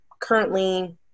currently